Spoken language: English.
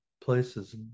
places